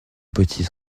petits